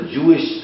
Jewish